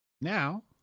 now